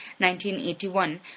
1981